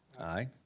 Aye